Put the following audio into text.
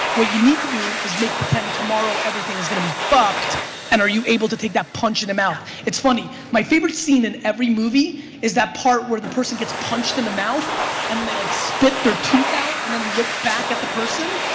what you need to do is make pretend tomorrow everything is gonna be fucked and are you able to take that punch in the mouth? it's funny, my favorite scene in every movie is that part where that person gets punched in the mouth and they like spit their tooth out and then look back at the person.